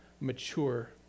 mature